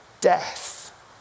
death